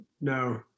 No